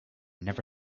never